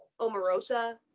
Omarosa